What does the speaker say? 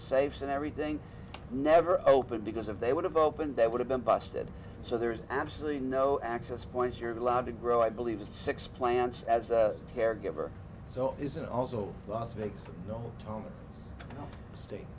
safes and everything never opened because of they would have opened they would have been busted so there is absolutely no access point you're allowed to grow i believe it's six plants as a caregiver so is it also las vegas no home state